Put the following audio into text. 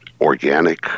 organic